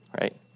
Right